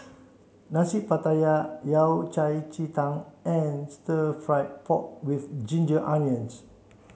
Nasi Pattaya Yao Cai Ji Tang and stir fried pork with ginger onions